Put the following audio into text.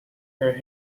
her